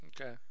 Okay